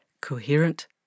coherent